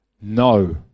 No